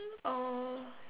oh